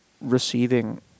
receiving